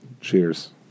Cheers